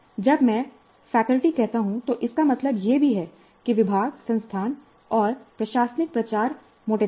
जब मैं फैकल्टी कहता हूं तो इसका मतलब यह भी है कि विभाग संस्थान और प्रशासनिक प्रचार मोटे तौर पर